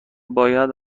باید